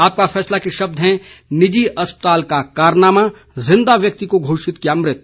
आपका फैसला के शब्द हैं निजी अस्पताल का कारनामा जिंदा व्यक्ति को घोषित किया मृत